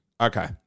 Okay